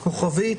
ככוכבית.